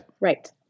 right